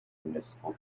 municipal